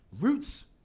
roots